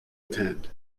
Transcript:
attend